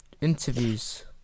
Interviews